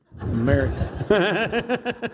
American